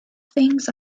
things